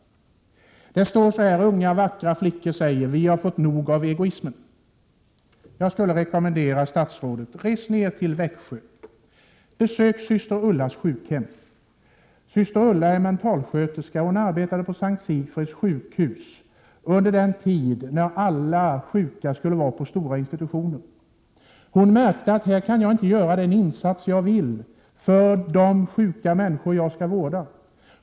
Där avbildas unga, vackra flickor, som säger: Vi har fått nog av egoismen. Jag skulle rekommendera statsrådet att resa ned till Växjö och besöka syster Ullas sjukhem. Syster Ulla är mentalsköterska—hon arbetade på S:t Sigfrids sjukhus under den tid då alla sjuka skulle vara på stora institutioner. Hon märkte att hon där inte kunde göra de insatser hon ville göra för de sjuka människor hon skulle vårda.